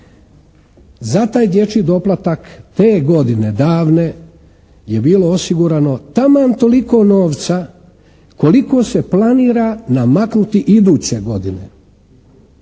Za taj dječji doplatak te je godine davne je bilo osigurano taman toliko novca koliko se planira namaknuti iduće godine.